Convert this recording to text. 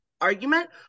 argument